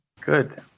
Good